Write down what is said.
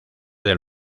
del